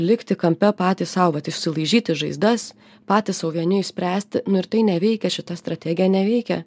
likti kampe patys sau vat išsilaižyti žaizdas patys sau vieni išspręsti nu ir tai neveikia šita strategija neveikia